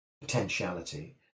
potentiality